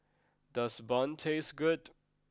does Bun taste good